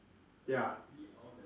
ya